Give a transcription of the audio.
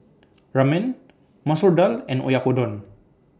Ramen Masoor Dal and Oyakodon